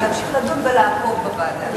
אבל להמשיך לדון ולעקוב בוועדה.